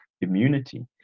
immunity